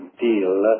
deal